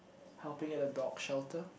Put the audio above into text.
helping at a dog shelter